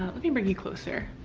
let me bring you closer